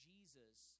Jesus